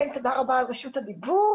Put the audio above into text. תודה רבה על רשות הדיבור.